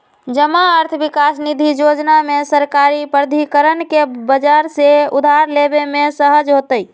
जमा अर्थ विकास निधि जोजना में सरकारी प्राधिकरण के बजार से उधार लेबे में सहज होतइ